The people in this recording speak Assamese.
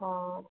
অঁ